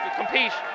compete